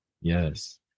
Yes